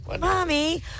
Mommy